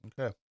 Okay